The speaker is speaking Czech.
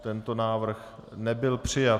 Tento návrh nebyl přijat.